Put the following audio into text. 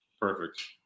Perfect